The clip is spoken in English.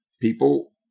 People